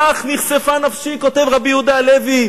לך נכספה נפשי" כותב רבי יהודה הלוי,